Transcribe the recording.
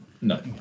No